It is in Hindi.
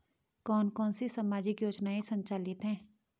कौन कौनसी सामाजिक योजनाएँ संचालित है?